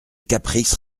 caprice